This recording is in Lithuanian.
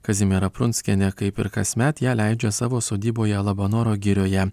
kazimiera prunskienė kaip ir kasmet ją leidžia savo sodyboje labanoro girioje